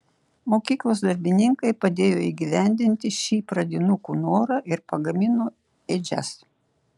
mokyklos darbininkai padėjo įgyvendinti šį pradinukų norą ir pagamino ėdžias